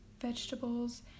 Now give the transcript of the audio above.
vegetables